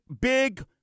big